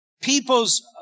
people's